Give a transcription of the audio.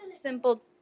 simple